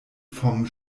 vom